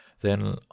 Then